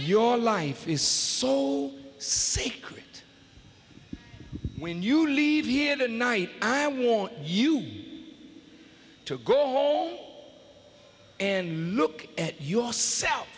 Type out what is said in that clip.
your life is so secret when you leave here tonight i want you to go home and look at yourself